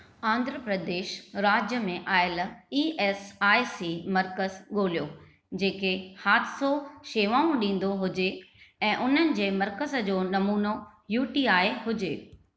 आंध्रप्रदेश राज्य में आयल ई एस आई सी मर्कज़ ॻोल्हियो जेके हादिसो शेवाऊं ॾींदो हुजे ऐं उन जे मर्कज़ जो नमूनो यूटीआई हुजे